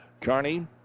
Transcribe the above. Carney